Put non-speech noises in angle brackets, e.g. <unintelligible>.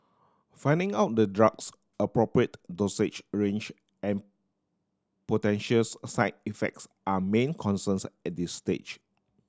finding out the drug's appropriate dosage a range and potential <unintelligible> side effects are main concerns at this stage